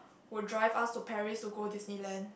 would drive us to Paris to go Disneyland